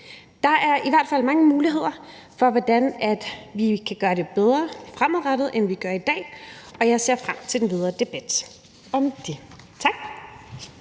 Der i hvert fald mange muligheder for, hvordan vi fremadrettet kan gøre det bedre, end vi gør i dag, og jeg ser frem til den videre debat om det. Tak.